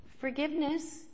Forgiveness